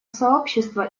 сообщество